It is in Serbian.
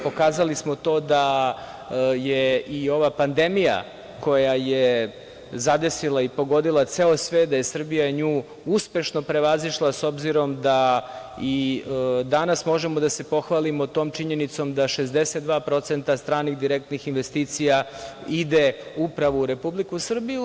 Pokazali smo to da je ova pandemija koja je zadesila i pogodila ceo svet da je Srbija nju uspešno prevazišla, s obzirom da, i danas možemo da se pohvalimo tom činjenicom, 62% stranih direktnih investicija ide upravo u Republiku Srbiju.